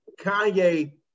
Kanye